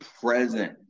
present